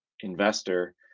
investor